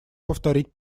повторить